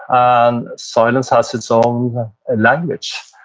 and silence has its own language.